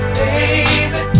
baby